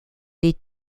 des